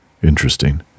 interesting